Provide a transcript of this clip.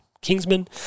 Kingsman